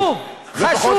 זה חשוב, חשוב.